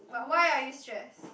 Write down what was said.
but why are you stressed